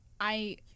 I-